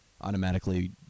automatically